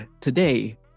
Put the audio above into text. today